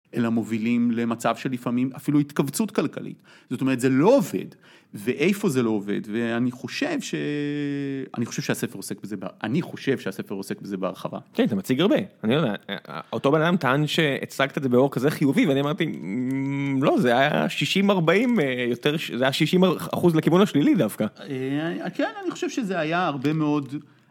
אלא מובילים למצב שלפעמים אפילו התכווצות כלכלית, זאת אומרת זה לא עובד ואיפה זה לא עובד ואני חושב ש.... אני חושב שהספר עוסק בזה, אני חושב שהספר עוסק בזה בהרחבה. אותו בנאדם טען שהצגת את זה באור כזה חיובי ואני אמרתי לא זה היה 60 40 יותר 60% לכיוון השלילי דווקא, אני חושב שזה היה הרבה מאוד...